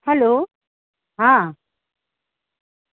hello હા